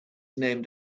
named